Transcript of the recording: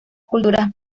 culturas